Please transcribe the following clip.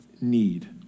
need